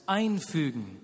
einfügen